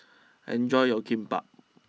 enjoy your Kimbap